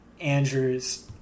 Andrews